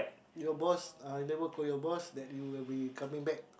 your boss uh never call your boss that you will be coming back